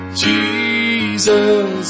Jesus